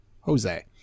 Jose